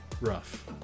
rough